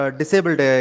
disabled